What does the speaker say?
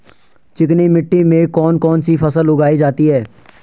चिकनी मिट्टी में कौन कौन सी फसल उगाई जाती है?